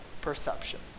perception